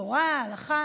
תורה: ההלכה